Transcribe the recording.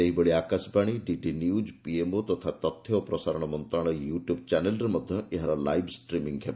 ସେହିଭଳି Akashvani DD news PMO ଏବଂ ତଥ୍ୟ ଓ ପ୍ରସାରଣ ମନ୍ତ୍ରଣାଳୟ ୟୁଟ୍ୟୁବ୍ ଚ୍ୟାନେଲ୍ରେ ମଧ୍ୟ ଏହାର ଲାଇଭ୍ ଷ୍ଟ୍ରିମିଂ ହେବ